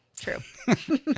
true